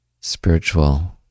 spiritual